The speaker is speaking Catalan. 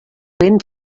vent